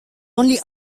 only